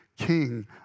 King